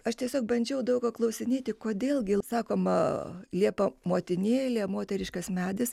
aš tiesiog bandžiau daug ko klausinėti kodėl gi sakoma liepa motinėlė moteriškas medis